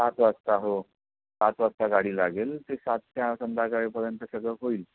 सात वाजता हो सात वाजता गाडी लागेल ते सातच्या संध्याकाळपर्यंत सगळं होईल